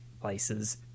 places